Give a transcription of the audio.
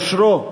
יושרו,